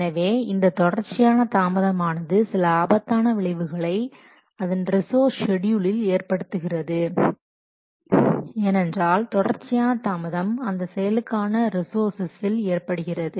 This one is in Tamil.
எனவே இந்த தொடர்ச்சியான தாமதமானது சில ஆபத்தான விளைவுகளை அதன் ரிசோர்ஸ் ஷெட்யூலில் ஏற்படுத்துகிறது ஏனென்றால் தொடர்ச்சியான தாமதம் அந்த செயலுக்கான ரிசோர்ஸஸில் ஏற்படுகிறது